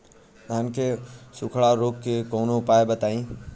धान के सुखड़ा रोग के कौनोउपाय बताई?